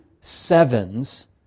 sevens